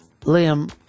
Liam